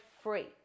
free